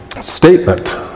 statement